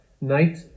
night